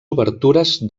obertures